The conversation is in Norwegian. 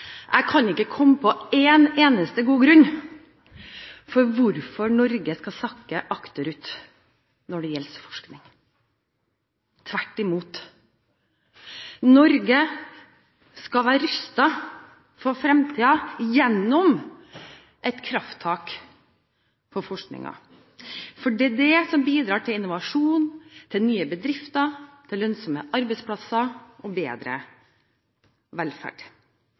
Jeg kan ikke komme på én eneste god grunn til hvorfor Norge skal sakke akterut når det gjelder forskning – tvert imot. Norge skal være rustet for fremtiden gjennom et krafttak for forskningen. Det er det som bidrar til innovasjon, til nye bedrifter, til lønnsomme arbeidsplasser og bedre velferd.